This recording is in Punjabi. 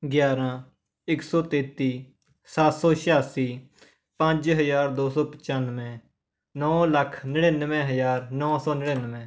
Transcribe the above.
ਗਿਆਰ੍ਹਾਂ ਇੱਕ ਸੌ ਤੇਤੀ ਸੱਤ ਸੌ ਛਿਆਸੀ ਪੰਜ ਹਜ਼ਾਰ ਦੋ ਸੋ ਪਚਾਨਵੇਂ ਨੌਂ ਲੱਖ ਨੜਿਨਵੇਂ ਹਜ਼ਾਰ ਨੌਂ ਸੌ ਨੜਿਨਵੇਂ